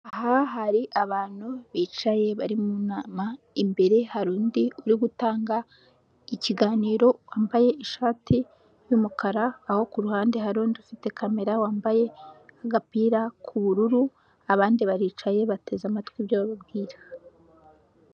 Aha hari abantu bicaye bari mu nama, imbere hari undi uri gutanga ikiganiro wambaye ishati y'umukara aho kuruhande hari undi ufite kamera wambaye agapira k'ubururu. Abandi baricaye bateze amatwi ibyo bababwira.